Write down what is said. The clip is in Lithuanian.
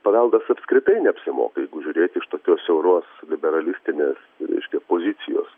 paveldas apskritai neapsimoka jeigu žiūrėti iš tokios siauros liberalistinės reiškia pozicijos